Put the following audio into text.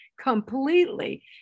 completely